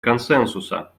консенсуса